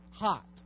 Hot